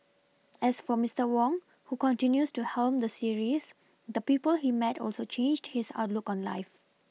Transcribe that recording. as for Mister Wong who continues to helm the series the people he met also changed his outlook on life